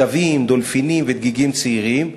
צבים, דולפינים ודגיגים צעירים".